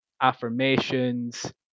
affirmations